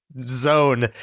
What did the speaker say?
zone